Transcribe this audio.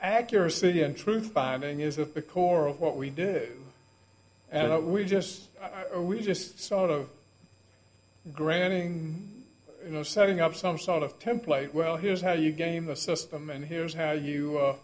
accuracy and truth finding is a core of what we do and we just are we just sort of granting you know setting up some sort of template well here's how you game the system and here's how you